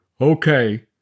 Okay